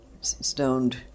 stoned